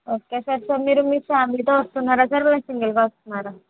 okay sir so మీరు మీ ఫ్యామిలీతో వస్తున్నారా సార్ సింగిల్గా వస్తున్నారా